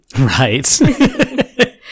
Right